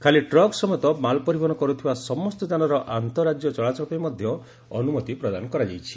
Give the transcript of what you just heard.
ଖାଲି ଟ୍ରକ୍ ସମେତ ମାଲ୍ ପରିବହନ କରୁଥିବା ସମସ୍ତ ଯାନର ଆନ୍ତଃରାଜ୍ୟ ଚଳାଚଳ ପାଇଁ ମଧ୍ୟ ଅନ୍ତମତି ପ୍ରଦାନ କରାଯାଇଛି